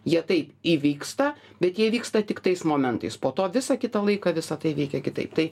jie taip įvyksta bet jie vyksta tik tais momentais po to visą kitą laiką visa tai veikia kitaip tai